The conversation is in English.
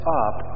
up